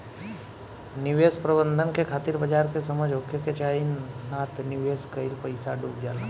निवेश प्रबंधन के खातिर बाजार के समझ होखे के चाही नात निवेश कईल पईसा डुब जाला